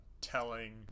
telling